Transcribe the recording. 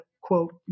quote